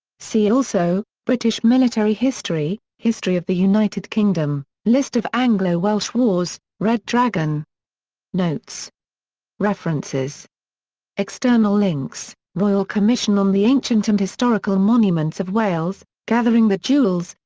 see also british military history history of the united kingdom list of anglo-welsh wars red dragon notes references external links royal commission on the ancient and historical monuments of wales gathering the jewels,